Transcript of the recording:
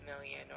million